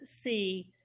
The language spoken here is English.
see